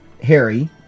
Harry